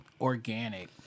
organic